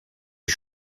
est